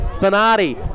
Bernardi